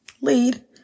Lead